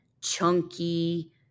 chunky